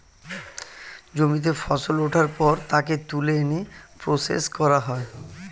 জমিতে ফসল ওঠার পর তাকে তুলে এনে প্রসেস করা হয়